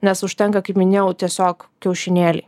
nes užtenka kaip minėjau tiesiog kiaušinėliai